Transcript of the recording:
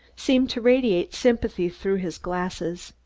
seemed to radiate sympathy through his glasses.